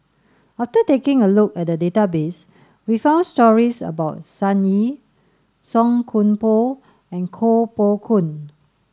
after taking a look at the database we found stories about Sun Yee Song Koon Poh and Koh Poh Koon